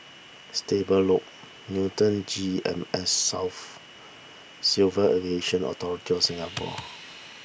Stable Loop Newton G Em S South Civil Aviation Authority of Singapore